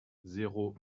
zéro